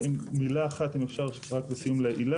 מילה אחת להילה.